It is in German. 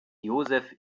joseph